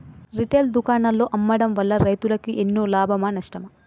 Retail దుకాణాల్లో అమ్మడం వల్ల రైతులకు ఎన్నో లాభమా నష్టమా?